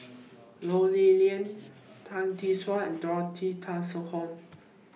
Ho Lee Ling Tan Tee Suan and Dorothy Tessensohn